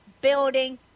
building